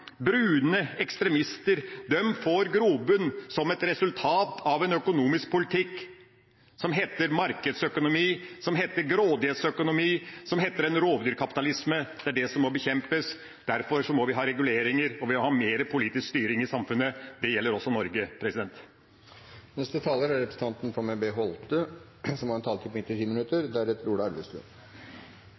Brune ekstremister får grobunn som et resultat av en økonomisk politikk som heter markedsøkonomi, som heter grådighetsøkonomi, og som heter rovdyrkapitalisme. Det er det som må bekjempes. Derfor må vi ha reguleringer, og vi må ha mer politisk styring i samfunnet. Det gjelder også for Norge. Jeg ba om ordet igjen på grunn av representanten Lundteigens innlegg. Jeg synes han hadde en